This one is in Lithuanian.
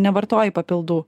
nevartoji papildų